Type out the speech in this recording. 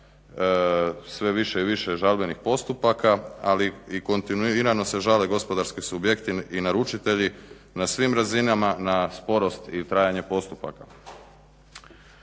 sve više i više je žalbenih postupaka, ali i kontinuirano se žale gospodarski subjekti i naručitelji na svim razinama na sporost i trajanje postupaka.